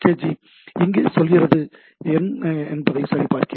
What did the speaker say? G எங்கே சொல்கிறது என்பதை சரிபார்க்கிறேன்